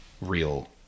real